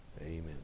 amen